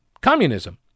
communism